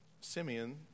Simeon